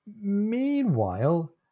meanwhile